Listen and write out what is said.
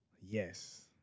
yes